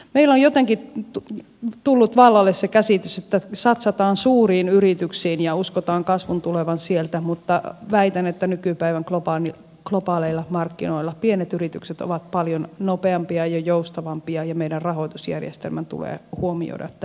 meillä on jotenkin tullut vallalle se käsitys että satsataan suuriin yrityksiin ja uskotaan kasvun tulevan sieltä mutta väitän että nykypäivän globaaleilla markkinoilla pienet yritykset ovat paljon nopeampia ja joustavampia ja meidän rahoitusjärjestelmämme tulee huomioida tämä asia